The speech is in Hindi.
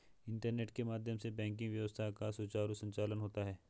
इंटरनेट के माध्यम से बैंकिंग व्यवस्था का सुचारु संचालन होता है